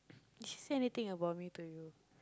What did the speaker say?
she said anything about me to you